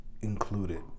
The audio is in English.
included